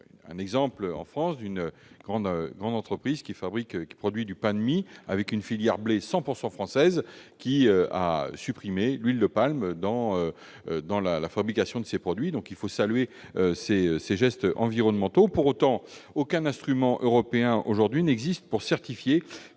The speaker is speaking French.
Ainsi, en France, une grande entreprise qui produit du pain de mie avec une filière blé 100 % française a supprimé l'huile de palme dans la fabrication de ses produits. Il faut saluer ces gestes environnementaux. Pour autant, aucun instrument européen n'existe aujourd'hui pour certifier